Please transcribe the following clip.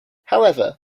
however